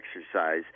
exercise